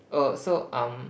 oh so um